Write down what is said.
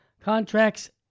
contracts